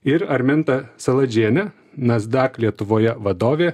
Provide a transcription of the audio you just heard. ir arminta saladžienė nasdak lietuvoje vadovė